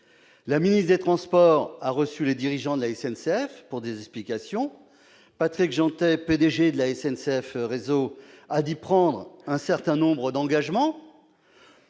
La ministre chargée des transports a reçu les dirigeants de la SNCF, pour avoir des explications. Patrick Jeantet, le PDG de SNCF Réseau, a dit prendre un certain nombre d'engagements-